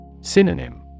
Synonym